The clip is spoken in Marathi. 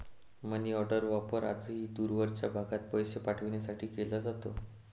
मनीऑर्डरचा वापर आजही दूरवरच्या भागात पैसे पाठवण्यासाठी केला जातो